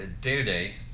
day-to-day